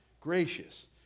gracious